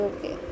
Okay